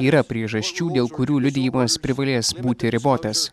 yra priežasčių dėl kurių liudijimas privalės būti ribotas